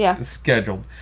scheduled